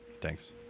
Thanks